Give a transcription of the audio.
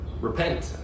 Repent